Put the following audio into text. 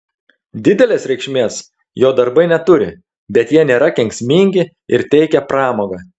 didelės reikšmės jo darbai neturi bet jie nėra kenksmingi ir teikia pramogą